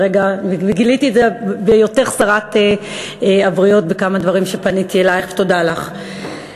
וגיליתי את זה בהיותך שרת הבריאות בכמה דברים שפניתי אלייך ותודה לך,